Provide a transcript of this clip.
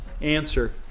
answer